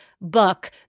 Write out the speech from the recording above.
book